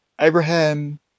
Abraham